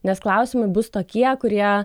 nes klausimai bus tokie kurie